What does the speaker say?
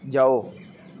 ਜਾਓ